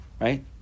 right